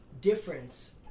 difference